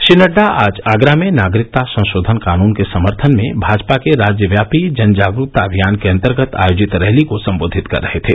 श्री नड़डा आज आगरा में नागरिकता संशोधन कानून के समर्थन में भाजपा के राज्यव्यापी जन जागरूकता अभियान के अन्तर्गत आयोजित रैली को सम्बोधित कर रहे थे